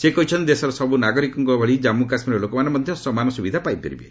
ସେ କହିଛନ୍ତି ଦେଶର ସବୁ ନାଗରିକଙ୍କ ଭଳି କମ୍ମୁ କାଶ୍କୀରର ଲୋକମାନେ ମଧ୍ୟ ସମାନ ସୁବିଧା ପାଇପାରିବେ